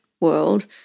world